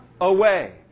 away